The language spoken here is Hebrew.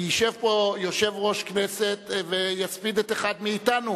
ישב פה יושב-ראש כנסת ויספיד את אחד מאתנו